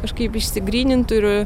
kažkaip išsigrynintų ir